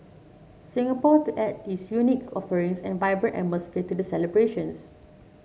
Singapore to add its unique offerings and vibrant atmosphere to the celebrations